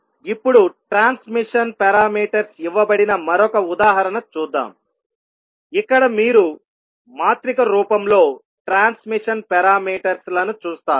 ఇప్పుడు transmission parameters ఇవ్వబడిన మరొక ఉదాహరణ చూద్దాంఇక్కడ మీరు మాత్రిక రూపంలో ట్రాన్స్మిషన్ పారామీటర్స్ లను చూస్తారు